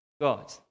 God